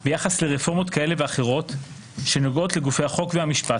ביחס לרפורמות כאלה ואחרות שנוגעות לגופי החוק והמשפט,